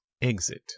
Exit